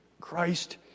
Christ